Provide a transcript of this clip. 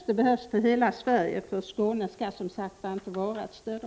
Och det behövs för Prot. 1985/86:83